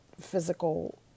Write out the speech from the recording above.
physical